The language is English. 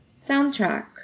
soundtracks